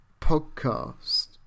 podcast